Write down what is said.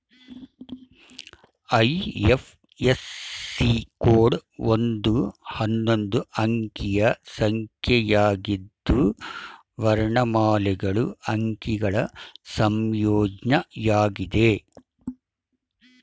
IFSC code ಒಂದು ಹನ್ನೊಂದು ಅಂಕಿಯ ಸಂಖ್ಯೆಯಾಗಿದ್ದು ವರ್ಣಮಾಲೆಗಳು ಅಂಕಿಗಳ ಸಂಯೋಜ್ನಯಾಗಿದೆ